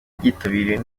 byitabiriwe